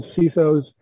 CISOs